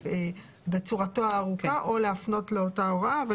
בצורתו הארוכה או להפנות לאותה הוראה.